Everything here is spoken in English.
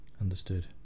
Understood